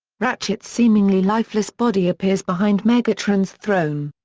ratchet's seemingly lifeless body appears behind megatron's throne.